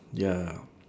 ya